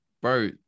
Bro